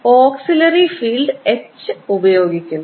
അതായത് auxiliary field H ഉപയോഗിക്കുന്നു